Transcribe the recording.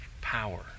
power